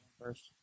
first